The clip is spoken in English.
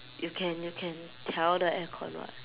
you can you can 调 the aircon what